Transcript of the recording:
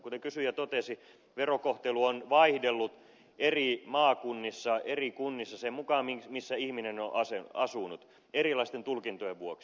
kuten kysyjä totesi verokohtelu on vaihdellut eri maakunnissa eri kunnissa sen mukaan missä ihminen on asunut erilaisten tulkintojen vuoksi